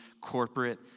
corporate